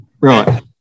Right